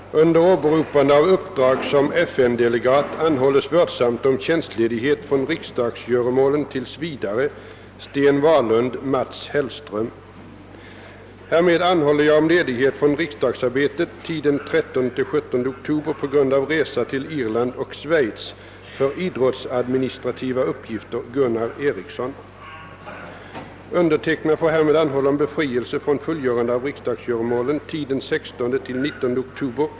Jag hälsar kammarens ärade ledamöter välkomna till årets höstsession, som härmed förklaras öppnad. Under åberopande av uppdrag som FN-delegat anhålles vördsamt om tjänstledighet från riksdagsgöromålen tills vidare. Undertecknad får härmed anhålla om befrielse från fullgörande av riksdagsgöromålen tiden 16 oktober — 19 oktober 1970 för utförande av offentligt uppdrag utomlands. Till Riksdagens andra kammare Härmed hemställer jag att få vara frånvarande från riksdagsarbetet på grund av resa tiden 13—17 oktober.